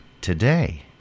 today